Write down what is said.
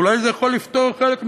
אולי זה יכול לפתור חלק מהבעיה,